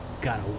got